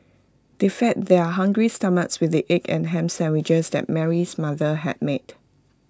they fed their hungry stomachs with the egg and Ham Sandwiches that Mary's mother had made